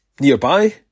Nearby